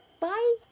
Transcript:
Bye